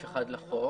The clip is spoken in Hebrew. ל-8א1 לחוק,